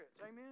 Amen